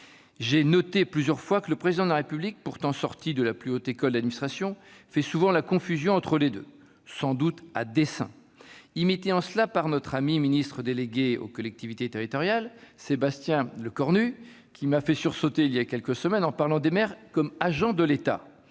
J'ai noté plusieurs fois que le Président de la République, pourtant issu de la plus haute école d'administration, fait souvent la confusion entre les deux, sans doute à dessein, imité en cela par notre ami le ministre délégué aux collectivités territoriales, Sébastien Lecornu, qui m'a fait sursauter il y a quelques semaines en parlant des maires comme des agents de l'État